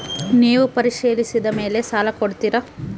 ನೇವು ಪರಿಶೇಲಿಸಿದ ಮೇಲೆ ಸಾಲ ಕೊಡ್ತೇರಾ?